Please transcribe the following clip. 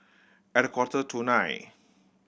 at a quarter to nine